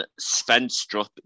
Svenstrup